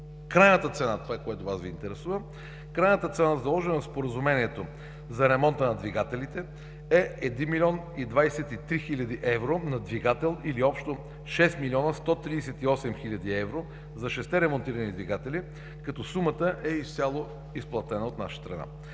Крайната цена, което Вас Ви интересува, заложена в Споразумението за ремонта на двигателите, е 1 млн. 23 хил. евро на двигател или общо 6 млн. 138 хил. евро за шестте ремонтирани двигатели, като сумата е изцяло изплатена от наша страна.